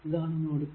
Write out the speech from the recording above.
ഇതാണ് node p